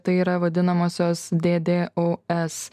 tai yra vadinamosios d d o s